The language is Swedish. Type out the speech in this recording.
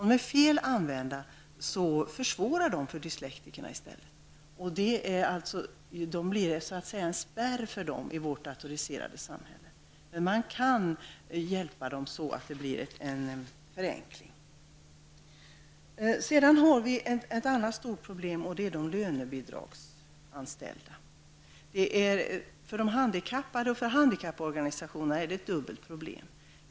Om datorerna används fel försvårar de i stället för dyslektikerna. Det blir en spärr för dem i vårt datoriserade samhälle. Man kan dock hjälpa dessa människor så att det blir en förenkling. Ett annat stort problem gäller de lönebidragsanställda. För de handikappade och handikapporganisationerna är det ett dubbelt problem.